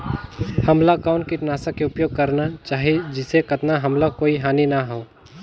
हमला कौन किटनाशक के उपयोग करन चाही जिसे कतना हमला कोई हानि न हो?